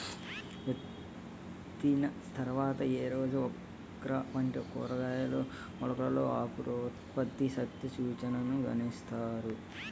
విత్తిన తర్వాత ఏ రోజున ఓక్రా వంటి కూరగాయల మొలకలలో అంకురోత్పత్తి శక్తి సూచికను గణిస్తారు?